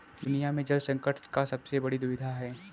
दुनिया में जल संकट का सबसे बड़ी दुविधा है